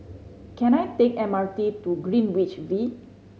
can I take M R T to Greenwich V